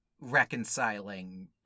reconciling